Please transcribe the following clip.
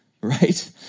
right